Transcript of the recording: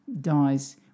dies